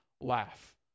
laugh